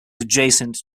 adjacent